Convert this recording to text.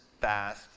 fast